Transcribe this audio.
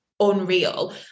unreal